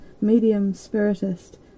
medium-spiritist